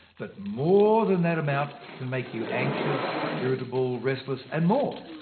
but more than that amount can make you anxious, irritable, restless and more.